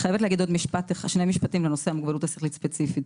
לגבי הנושא המוגבלות השכלית ספציפית